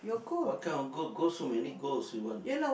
what kind of goal goal so many goals you want